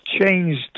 changed